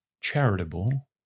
charitable